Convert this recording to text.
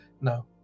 No